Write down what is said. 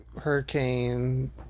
hurricane